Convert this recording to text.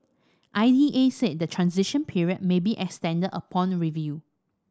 I E A said the transition period may be extended upon review